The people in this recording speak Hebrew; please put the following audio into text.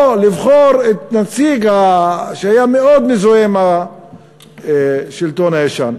או לבחור את הנציג שהיה מאוד מזוהה עם השלטון הישן.